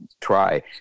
try